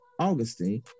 Augustine